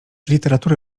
literatury